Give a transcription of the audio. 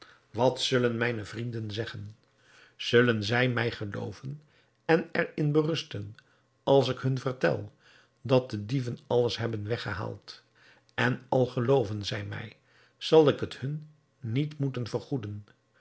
wat zullen mijne vrienden zeggen zullen zij mij gelooven en er in berusten als ik hun vertel dat de dieven alles hebben weggehaald en al gelooven zij mij zal ik het hun niet moeten vergoeden